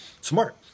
Smart